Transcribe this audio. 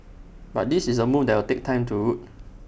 but this is A move that will take time to root